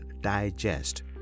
digest